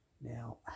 Now